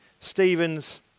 Stephen's